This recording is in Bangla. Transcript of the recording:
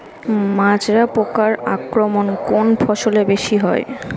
মাজরা পোকার আক্রমণ কোন ফসলে বেশি হয়?